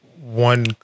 one